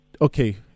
okay